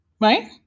right